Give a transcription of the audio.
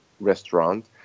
restaurant